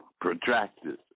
protracted